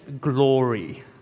glory